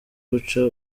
guca